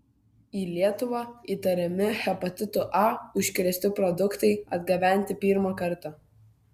į lietuvą įtariami hepatitu a užkrėsti produktai atgabenti pirmą kartą